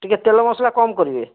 ଟିକିଏ ତେଲ ମସଲା କମ୍ କରିବେ